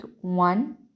one